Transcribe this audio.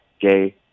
gay